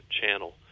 channel